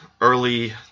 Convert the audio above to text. early